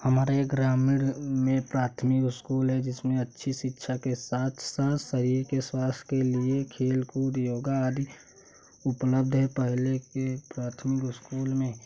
हमारे ग्रामीण में प्राथमिक इस्कूल हैं जिस में अच्छी शिक्षा के साथ साथ शरीर के स्वास्थ्य के लिए खेल कूद योग आदि उपलब्ध है पहले ही प्राथमिक इस्कूल में